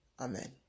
Amen